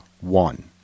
one